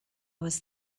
was